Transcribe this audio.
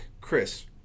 chris